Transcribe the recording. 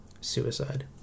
suicide